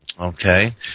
Okay